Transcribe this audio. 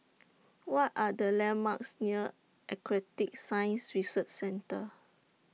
What Are The landmarks near Aquatic Science Research Centre